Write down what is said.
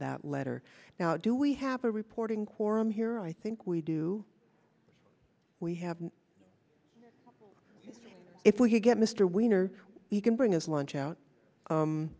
that letter now do we have a reporting quorum here i think we do we have if we could get mr wiener you can bring us lunch out